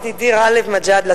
ידידי גאלב מג'אדלה,